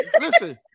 Listen